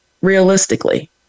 Realistically